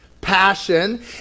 passion